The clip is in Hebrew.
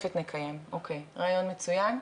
ישיבה משותפת נקיים, או-קיי רעיון מצוין.